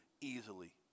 easily